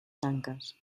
tanques